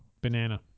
Banana